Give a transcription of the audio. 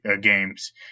games